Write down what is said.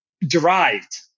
derived